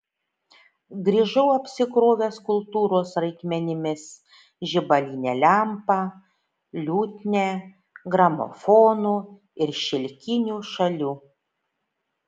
grįžau apsikrovęs kultūros reikmenimis žibaline lempa liutnia gramofonu ir šilkiniu šalių